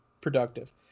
productive